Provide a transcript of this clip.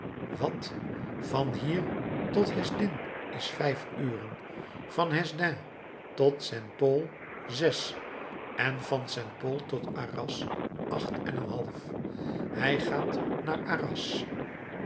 wat van hier tot hesdin is vijf uren van hesdin tot saint pol zes en van saint pol tot arras acht en een half hij gaat naar arras